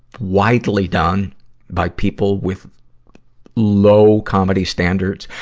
widely done by people with low comedy standards.